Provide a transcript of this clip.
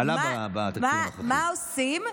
מה עושים?